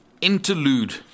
interlude